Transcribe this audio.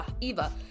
Eva